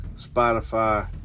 Spotify